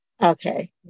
Okay